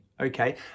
okay